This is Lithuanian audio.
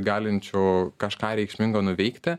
galinčių kažką reikšmingo nuveikti